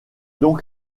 donc